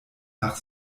nach